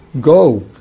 go